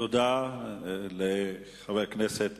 תודה לחבר הכנסת